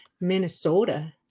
Minnesota